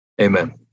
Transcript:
Amen